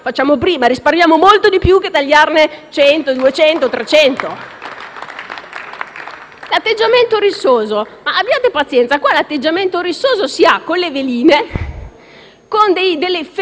l'atteggiamento rissoso, abbiate pazienza: qui l'atteggiamento rissoso si ha con le veline, con dei *fake* *social*, dei video fatti a caso, che non rispettano assolutamente il Parlamento.